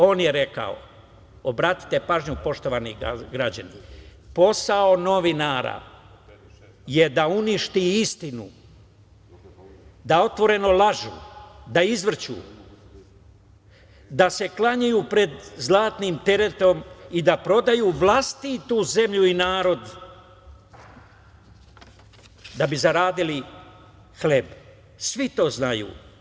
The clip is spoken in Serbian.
On je rekao, obratite pažnju, poštovani građani: „Posao novinara je da uništi istinu, da otvoreno lažu, da izvrću, da se klanjaju pred zlatnim teletom i da prodaju vlastitu zemlju i narod da bi zaradili hleb, svi to znaju.